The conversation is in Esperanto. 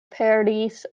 perdis